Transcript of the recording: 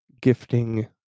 gifting